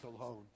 alone